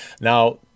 Now